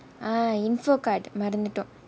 uh information card மறந்துட்டோம்:maranthuthom